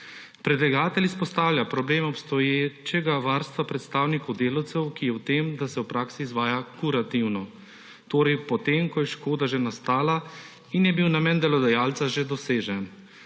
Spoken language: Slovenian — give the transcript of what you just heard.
Predlagatelj izpostavlja problem obstoječega varstva predstavnikov delavcev, ki je v tem, da se v praksi izvaja kurativno, torej po tem, ko je škoda že nastala in je bil namen delodajalca že dosežen.